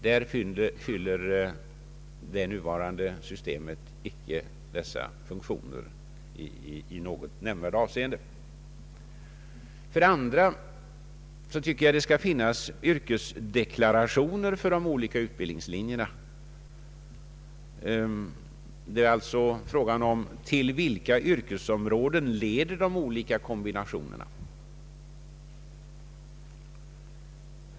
Det nuvarande systemet fyller inte dessa funktioner i något nämnvärt avseende. För det andra bör det finnas yrkesdeklarationer för de olika utbildningslinjerna. Man bör få veta till vilka yrkesområden de olika kombinationerna leder.